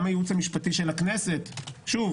גם הייעוץ המשפטי של הכנסת, שוב